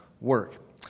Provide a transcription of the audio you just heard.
work